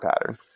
pattern